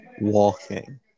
walking